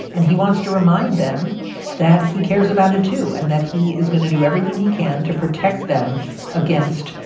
and he wants to remind them that he cares about it, too, and that he is going to do everything he can to protect them against,